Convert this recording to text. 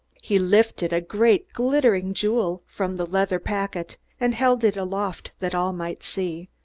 he lifted a great glittering jewel from the leather packet and held it aloft that all might see.